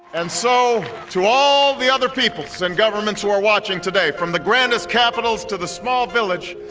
and so to all the other peoples and governments who are watching today, from the grandest capitals to the small village,